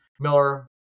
Miller